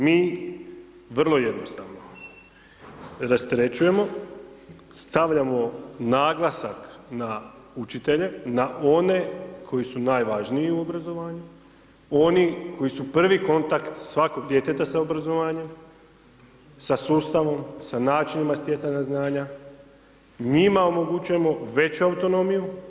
Mi, vrlo jednostavno rasterećujemo, stavljamo naglasak na učitelje, na one koji su najvažniji u obrazovanju, oni koji su prvi kontakt svakog djeteta s obrazovanjem, sa sustavom, sa načinima stjecanja znanja, njima omogućavamo veću autonomiju.